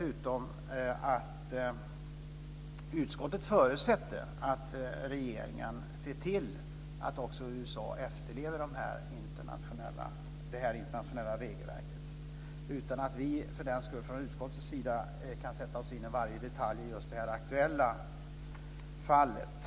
Utskottet förutsätter också att regeringen ser till att även USA efterlever det här internationella regelverket, utan att vi för den skull från utskottets sida kan sätta oss in i varje detalj i just det här aktuella fallet.